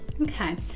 Okay